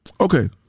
okay